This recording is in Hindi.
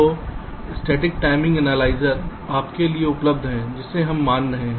तो स्टेटिक टाइमिंग एनालाइज़र आपके लिए उपलब्ध है जिसे हम मान रहे हैं